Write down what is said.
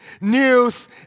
news